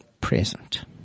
present